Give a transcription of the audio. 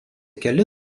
keli